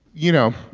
you know,